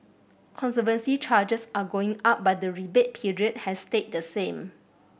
conservancy charges are going up but the rebate period has stayed the same